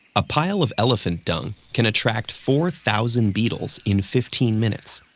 a pile of elephant dung can attract four thousand beetles in fifteen minutes.